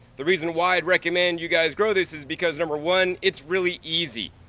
the reason why i'd recommend you guys grow this is because, number one, it's really easy.